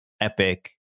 Epic